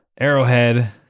Arrowhead